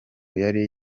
yari